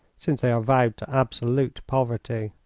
since they are vowed to absolute poverty.